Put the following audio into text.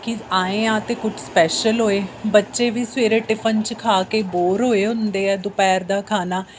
ਕਿ ਆਏ ਹਾਂ ਅਤੇ ਕੁਛ ਸਪੈਸ਼ਲ ਹੋਏ ਬੱਚੇ ਵੀ ਸਵੇਰੇ ਟਿਫਨ 'ਚ ਖਾ ਕੇ ਬੋਰ ਹੋਏ ਹੁੰਦੇ ਆ ਦੁਪਹਿਰ ਦਾ ਖਾਣਾ